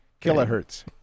kilohertz